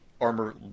armor